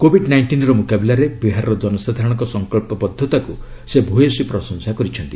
Covid ନାଇଷ୍ଟିନ୍ର ମୁକାବିଲାରେ ବିହାରର ଜନସାଧାରଣଙ୍କ ସଙ୍କଚ୍ଚବଦ୍ଧତାକୁ ସେ ଭ୍ୟସୀ ପ୍ରଶଂସା କରିଛନ୍ତି